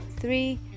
three